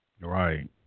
Right